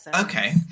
Okay